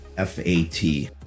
F-A-T